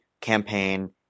campaign